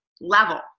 level